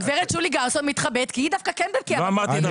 הגב' שולי גרסון מתחבאת כי היא דווקא כן --- לא אמרתי את השם.